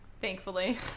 thankfully